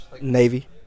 Navy